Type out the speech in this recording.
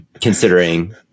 considering